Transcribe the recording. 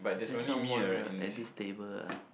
is there someone ah at this table ah